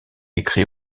écrit